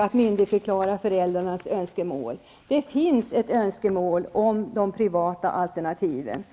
och myndigförklarar föräldrarnas önskemål. Det finns ett önskemål om privata alternativ.